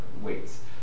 weights